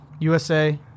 USA